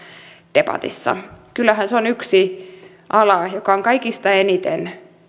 debatissa kyllähän se on yksi ala joka on kaikista eniten